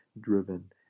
driven